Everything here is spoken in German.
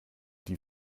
die